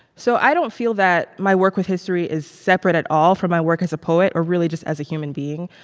so i don't feel that my work with history is separate at all from my work as a poet or really just as a human being.